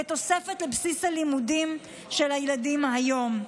כתוספת לבסיס הלימודים של הילדים היום,